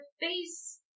face